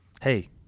hey